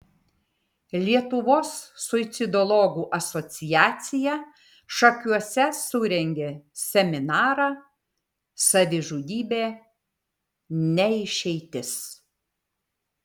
lietuvos suicidologų asociacija šakiuose surengė seminarą savižudybė ne išeitis